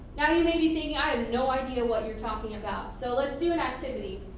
now you may be thinking i have no idea what you're talking about. so let's do an activity.